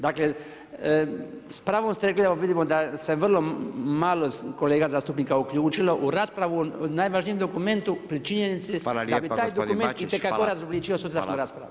Dakle, s pravom ste rekli evo vidimo da se vrlo malo kolega zastupnika uključilo u raspravu o najvažnijem dokumentu pri činjenici da bi taj dokument itekako razobličio sutrašnju raspravu.